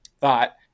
thought